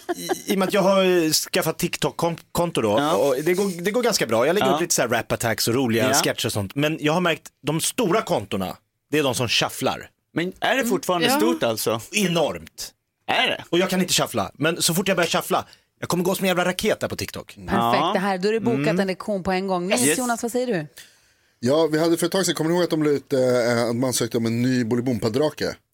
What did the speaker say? I- i och med att jag har, eh, skaffat TikTok-konto då, Ja. och det går- det går ganska bra. Jag lägger upp Ja. lite så här rap-attacks och roliga Ja. sketcher och sånt. Men jag har märkt, de stora kontorna, det är de som shufflar. Men är det fortfarande Mm. stort Ja. alltså? Enormt. Är det? Och jag kan inte shuffla, men så fort jag börjar shuffla, jag kommer gå som en jävla raket där på TikTok. Perfekt, Ja. det här, då är det bokat Mm. en lektion på en gång. Nej, Yes. Jonas, vad säger du? Ja, vi hade för ett tag sedan, kommer ni ihåg att de la ut, eh, att man sökte om en ny Bolibompadrake?